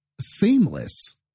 seamless